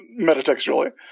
metatextually